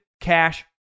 Cash